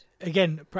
again